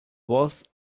was